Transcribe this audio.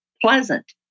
pleasant